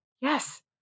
Yes